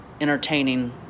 entertaining